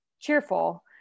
cheerful